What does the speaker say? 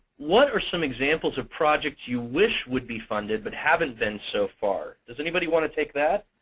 what are some examples of projects you wish would be funded, but haven't been so far? does anybody want to take that?